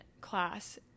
class